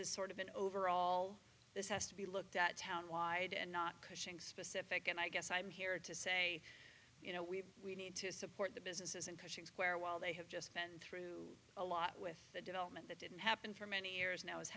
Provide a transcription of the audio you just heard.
is sort of an overall this has to be looked at town wide and not cushing specific and i guess i'm here to say you know we we need to support the businesses and coaching square while they have just been through a lot with the development that didn't happen for many years